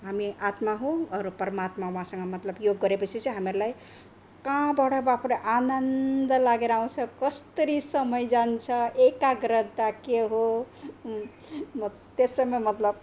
हामी आत्मा हो अरू परमात्मा उहाँसँग मतलब योग गरेपछि चाहिँ हामीहरूलाई कहाँबाट बाफरे आनन्द लागेर आउँछ कस्तरी समय जान्छ एकाग्रता के हो त्यसैमा मतलब